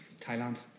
thailand